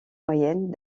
moyenne